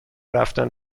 رفتن